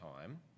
time